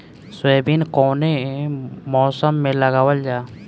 Soybean कौने मौसम में लगावल जा?